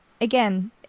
Again